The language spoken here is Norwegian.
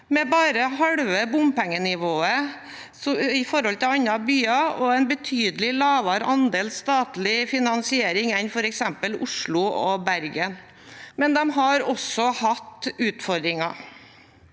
med bare halve bompengenivået i forhold til andre byer og en betydelig lavere andel statlig finansiering enn f.eks. Oslo og Bergen. Men de har også hatt utfordringer.